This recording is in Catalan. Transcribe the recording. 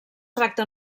tracta